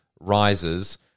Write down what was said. rises